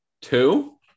Two